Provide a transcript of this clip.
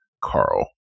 Carl